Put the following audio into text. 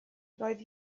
roedd